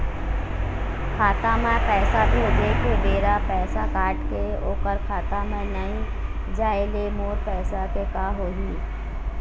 खाता म पैसा भेजे के बेरा पैसा कट के ओकर खाता म नई जाय ले मोर पैसा के का होही?